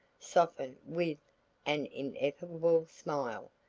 softened with an ineffable smile,